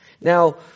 Now